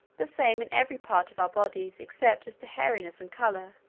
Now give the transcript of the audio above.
the same in every part of our bodies except as to hairiness and colour,